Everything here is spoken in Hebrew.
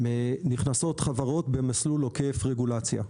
נכנסות חברות במסלול עוקף רגולציה.